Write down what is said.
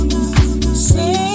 Say